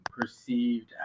perceived